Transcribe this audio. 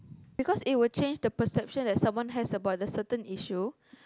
because it will change the perception that someone has about the certain issue